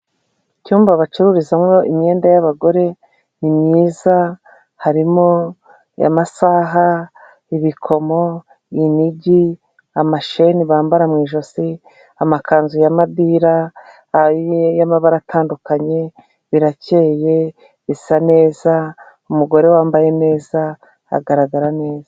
Icyumba bacururizamo imyenda y'abagore ni myiza, harimo amasaha, ibikomo, inigi, amashene bambara mu ijosi, amakanzu ya madira y'amabara atandukanye, birakeye, bisa neza, umugore wambaye neza, agaragara neza.